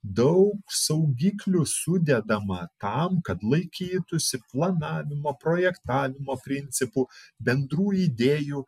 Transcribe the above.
daug saugiklių sudedama tam kad laikytųsi planavimo projektavimo principų bendrų idėjų